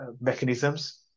mechanisms